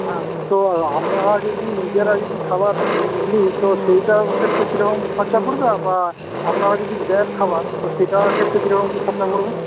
হ্যাঁ তো আমরা যদি নিজেরা যদি খাবার নিই তো সেইটা ক্ষেত্রে কিরকম খরচা পড়বে বা আপনারা যদি দেন খাবার তো সেইটার ক্ষেত্রে কিরকম কি খরচা পড়বে